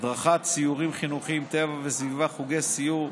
הדרכת סיורים חינוכיים, טבע וסביבה, חוגי סיור,